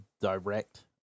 direct